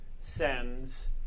sends